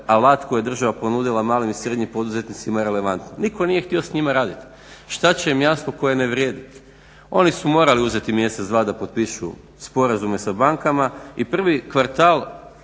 alat koji je država ponudila malim i srednjim poduzetnicima relevantno. Nitko nije htio s njima raditi, šta će im jastuk koji ne vrijedi, oni su morali uzeti mjesec, dva da potpišu sporazume sa bankama i prvi kvartal